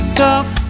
tough